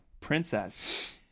princess